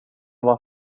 uma